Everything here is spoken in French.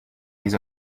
les